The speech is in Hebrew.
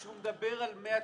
כשהוא מדבר על 100 תלונות,